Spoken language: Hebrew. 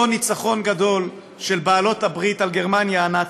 ניצחון גדול של בעלות הברית על גרמניה הנאצית,